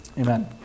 amen